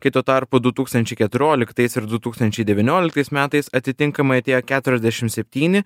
kai tuo tarpu du tūkstančiai keturioliktais ir du tūkstančiai devynioliktais metais atitinkamai atėjo keturiasdešim septyni